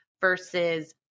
versus